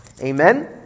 Amen